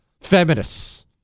Feminists